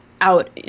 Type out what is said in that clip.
out